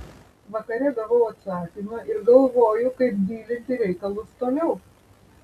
vakare gavau atsakymą ir galvoju kaip dylinti reikalus toliau